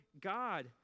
God